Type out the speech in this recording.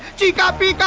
chika